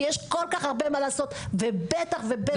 כי יש כל כך הרבה מה לעשות ובטח ובטח לפגיעות.